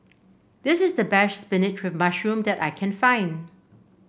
this is the best spinach with mushroom that I can find